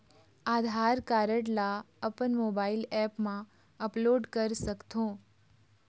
आधार card ला अपन mobile app मा अपलोड कर सकथों?